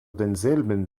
denselben